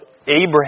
Abraham